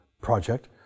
project